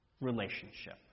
relationship